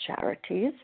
charities